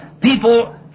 people